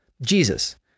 Jesus